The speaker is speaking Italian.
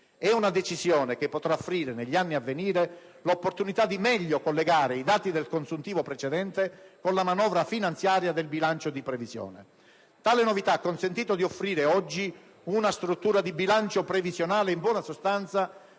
È una decisione che potrà offrire, negli anni a venire, l'opportunità di meglio collegare i dati del consuntivo precedente con la manovra finanziaria del bilancio di previsione. Tale novità ha consentito di offrire oggi una struttura di bilancio previsionale in buona sostanza